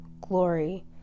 glory